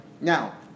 Now